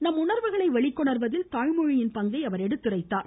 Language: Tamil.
நமது உணர்வுகளை வெளிக்கொணர்வதில் தாய்மொழியின் பங்கை அவர் எடுத்துரைத்தார்